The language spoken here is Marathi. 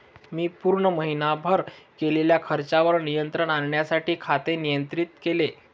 मी पूर्ण महीनाभर केलेल्या खर्चावर नियंत्रण आणण्यासाठी खाते नियंत्रित केले